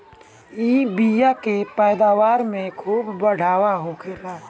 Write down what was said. इ बिया से पैदावार में खूब बढ़ावा होखेला